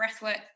breathwork